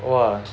!wah!